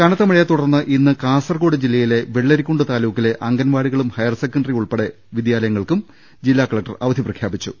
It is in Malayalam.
കനത്തമഴയെത്തുടർന്ന് ഇന്ന് കാസർകോട് ജില്ലയിലെ വെള്ളരി ക്കുണ്ട് താലൂക്കിലെ അംഗൻവാടികളും ഹയർസെക്കൻഡറി ഉൾപ്പെടെ യുള്ള വിദ്യാലയങ്ങൾക്ക് ജില്ലാ കളക്ടർ അവധി പ്രഖ്യാപിച്ചു